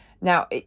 Now